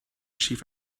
chief